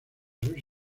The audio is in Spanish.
sus